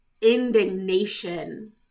indignation